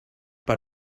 per